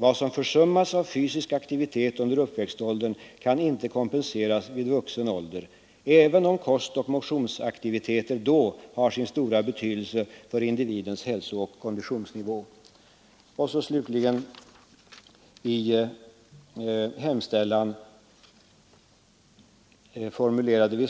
Vad som försummats av fysisk aktivitet under uppväxtåldern kan inte kompenseras vid vuxen ålder även om kostoch motionsaktiviteter då har sin stora betydelse för individens hälsooch konditionsnivå. Slutligen hemställer vi i motionen att riksdagen hos Kungl.